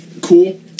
cool